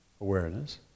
awareness